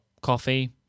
coffee